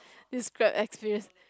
use Grab experience